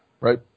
Right